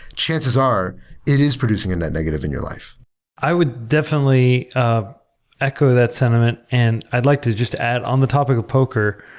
chances are it is producing a net-negative in your life i would definitely echo that sentiment and i'd like to just add on the topic of poker.